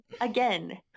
again